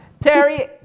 Terry